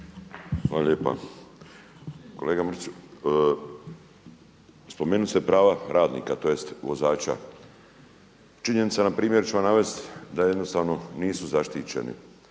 razumije./…, spomenuli ste prava radnika, tj. vozača. Činjenica npr. ću vam navesti da jednostavno nisu zaštićeni,